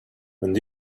and